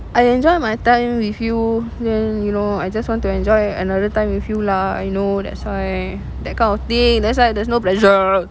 I enjoy my time with you then you know I just want to enjoy another time with you lah I know that's why that kind of thing that's why there's no pressure